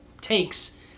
takes